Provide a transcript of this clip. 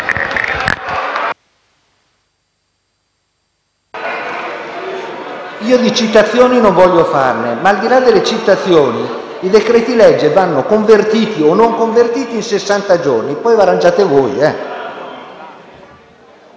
Io citazioni non voglio farne ma al di là delle citazioni, i decreti-legge vanno convertiti o non convertiti in sessanta giorni. Poi vi arrangiate voi.